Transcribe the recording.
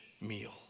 meal